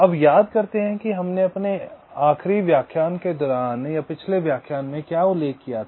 अब याद करते हैं कि हमने अपने आखिरी व्याख्यान के दौरान क्या उल्लेख किया था